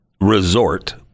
resort